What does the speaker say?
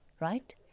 right